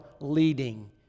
leading